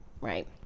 right